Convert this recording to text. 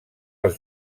els